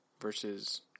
versus